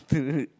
to